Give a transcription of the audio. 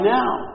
now